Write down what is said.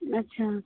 अच्छा